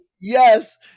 Yes